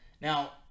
Now